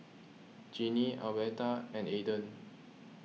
Jeanine Albertha and Aiden